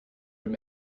from